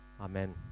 Amen